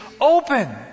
open